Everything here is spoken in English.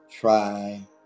try